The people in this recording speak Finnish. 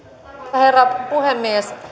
herra puhemies